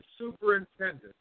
superintendent